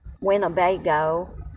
Winnebago